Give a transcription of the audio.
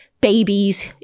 babies